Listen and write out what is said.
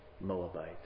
Moabite